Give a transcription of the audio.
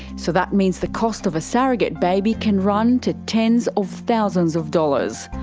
so that means the cost of a surrogate baby can run to tens of thousands of dollars.